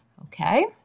Okay